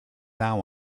now